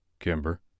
Kimber